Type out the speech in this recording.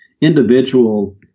individual